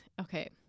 Okay